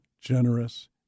generous